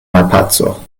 malpaco